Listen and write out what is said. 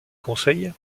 conseil